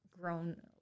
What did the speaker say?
grown